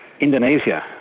Indonesia